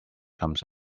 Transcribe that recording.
comes